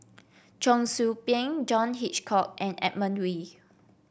Cheong Soo Pieng John Hitchcock and Edmund Wee